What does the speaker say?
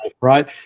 right